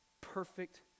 perfect